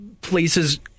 places